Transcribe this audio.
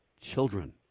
children